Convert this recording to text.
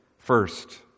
First